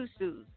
susus